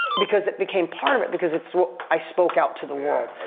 because it became part of it because it's what i spoke out to the world.